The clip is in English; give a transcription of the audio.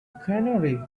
canary